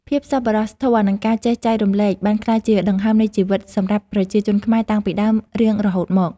ភាពសប្បុរសធម៌និងការចេះចែករំលែកបានក្លាយជាដង្ហើមនៃជីវិតសម្រាប់ប្រជាជនខ្មែរតាំងពីដើមរៀងរហូតមក។